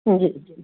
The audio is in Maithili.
जी